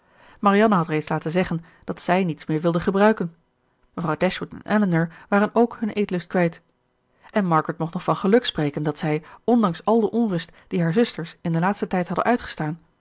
marianne had reeds laten zeggen dat zij niets meer wilde gebruiken mevrouw dashwood en elinor waren ook hun eetlust kwijt en margaret mocht nog van geluk spreken dat zij ondanks al de onrust die hare zusters in den laatsten tijd hadden uitgestaan